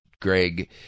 Greg